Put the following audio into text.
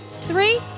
three